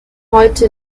heute